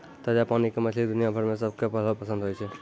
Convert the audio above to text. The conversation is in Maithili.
ताजा पानी के मछली दुनिया भर मॅ सबके पहलो पसंद होय छै